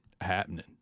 happening